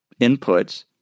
inputs